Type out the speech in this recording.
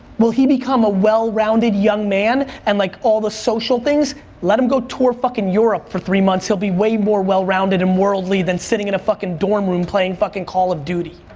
will he become a well-rounded young man, and like all the social things, let him go tour fucking europe for three months, he'll be way more well-rounded and worldly than sitting in a fucking dorm room playing fucking call of duty.